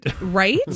Right